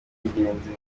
ingenzi